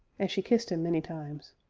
and she kissed him many times.